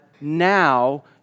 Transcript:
now